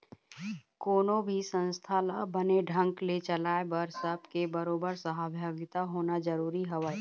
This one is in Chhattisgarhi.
कोनो भी संस्था ल बने ढंग ने चलाय बर सब के बरोबर सहभागिता होना जरुरी हवय